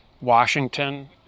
Washington